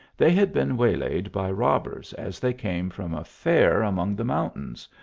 they had been waylaid by robbers as they came from a fair among the mountains,